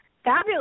Fabulous